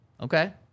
Okay